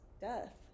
death